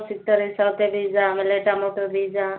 ಸಿಗ್ತವೆ ರೀ ಸೌತೆಬೀಜ ಆಮೇಲೆ ಟಮೊಟೊ ಬೀಜ